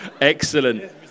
Excellent